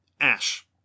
ash